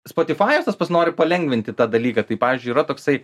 spotifajus tas pats nori palengvinti tą dalyką tai pavyzdžiui yra toksai